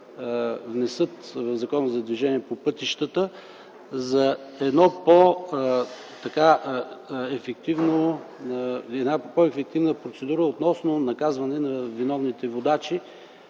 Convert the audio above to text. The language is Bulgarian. внесат в Закона за движението по пътищата, за една по-ефективна процедура относно наказване на виновните водачи?